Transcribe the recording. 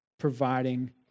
Providing